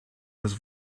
was